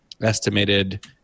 estimated